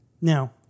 Now